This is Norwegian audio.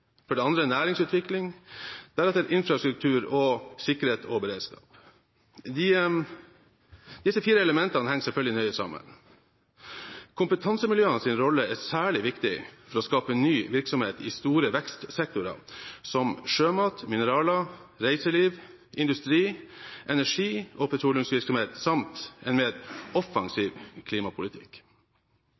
for det andre næringsutvikling, og deretter infrastruktur og sikkerhet og beredskap. Disse fire elementene henger selvfølgelig nøye sammen. Kompetansemiljøenes rolle er særlig viktig for å skape ny virksomhet i store vekstsektorer, som sjømat, mineraler, reiseliv, industri, energi og petroleumsvirksomhet, samt en mer offensiv klimapolitikk.